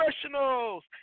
professionals